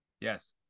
Yes